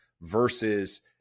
versus